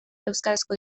euskarazko